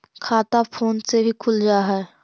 खाता फोन से भी खुल जाहै?